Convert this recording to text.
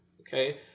okay